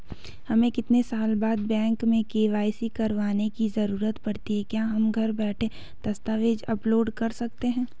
हमें कितने साल बाद बैंक में के.वाई.सी करवाने की जरूरत पड़ती है क्या हम घर बैठे दस्तावेज़ अपलोड कर सकते हैं?